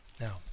Now